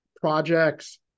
projects